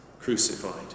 crucified